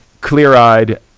clear-eyed